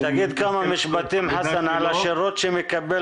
אוקיי, תגיד כמה משפטיים על השירות שמקבל